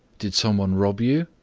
did some one rob you?